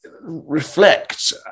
Reflect